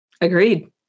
Agreed